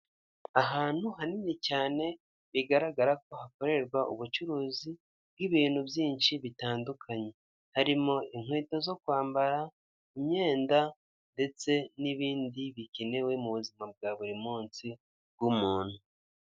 Ahantu hanini cyane bigaragara ko hakorerwa ubucuruzi bw'ibintu byinshi bitandukanye, harimo: inkweto zo kwambara, imyenda, ndetse n'ibindi bikenewe mu buzima bwa buri munsi bw'umuntu.